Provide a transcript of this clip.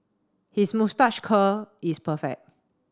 his moustache curl is perfect